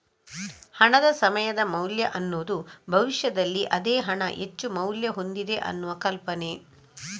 ಹಣದ ಸಮಯದ ಮೌಲ್ಯ ಅನ್ನುದು ಭವಿಷ್ಯದಲ್ಲಿ ಅದೇ ಹಣ ಹೆಚ್ಚು ಮೌಲ್ಯ ಹೊಂದಿದೆ ಅನ್ನುವ ಕಲ್ಪನೆ